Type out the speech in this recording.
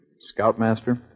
Scoutmaster